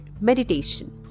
meditation